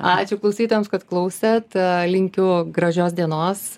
ačiū klausytojams kad klausėt linkiu gražios dienos